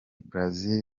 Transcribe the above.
brazil